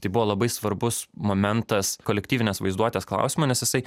tai buvo labai svarbus momentas kolektyvinės vaizduotės klausimo nes jisai